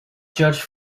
judge